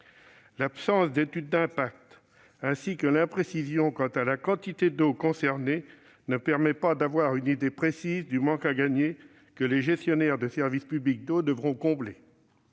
L'absence d'étude d'impact ainsi que l'imprécision quant à la quantité d'eau concernée ne permettent pas d'avoir une idée précise du manque à gagner que les gestionnaires de service public d'eau devront combler.